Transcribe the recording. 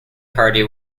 party